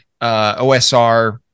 OSR